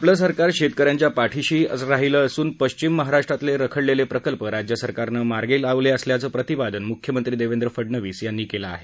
आपलं सरकार शेतक यांच्या पाठीशी राहिलं असून पश्चिम महाराष्ट्रातले रखडलेले प्रकल्प राज्य सरकारनं मार्गी लावले असल्याचं प्रतिपादन मुख्यमंत्री देवेंद्र फडनवीस यांनी केलं आहे